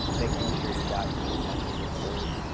making sure you're documenting that on the report.